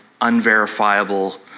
unverifiable